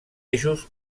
eixos